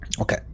Okay